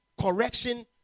correction